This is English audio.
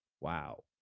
Wow